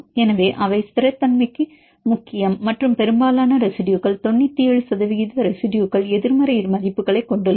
எனவே அவை ஸ்திரத்தன்மைக்கு முக்கியம் மற்றும் பெரும்பாலான ரெசிடுயுகள் 97 சதவிகித ரெசிடுயுகள் எதிர்மறை மதிப்புகளைக் கொண்டுள்ளன